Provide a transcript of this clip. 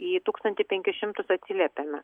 į tūkstantį penkis šimtus atsiliepėme